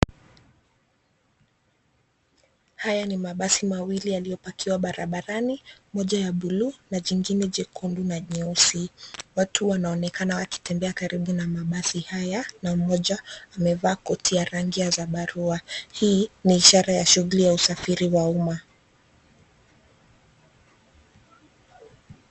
Haya ni mabasi mawili yaliyopakiwa barabarani, moja ya buluu na jingine jekundu na nyeusi. Watu wanaonekana wakitembea karibu na mabasi haya na mmoja amevaa koti ya rangi ya zambarua . Hii ni ishara ya shughuli ya usafiri wa umma.